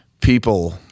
people